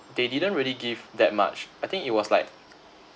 they didn't really give that much I think it was like